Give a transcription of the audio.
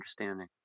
understanding